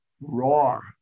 roar